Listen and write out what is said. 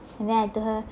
then I told her